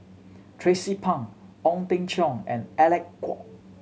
Tracie Pang Ong Teng Cheong and Alec Kuok